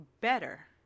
better